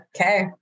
okay